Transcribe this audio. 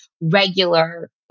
regular